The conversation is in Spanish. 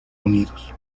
unidos